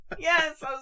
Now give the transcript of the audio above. Yes